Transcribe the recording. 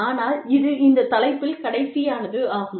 ஆனால் இது இந்த தலைப்பில் கடைசியானதாகும்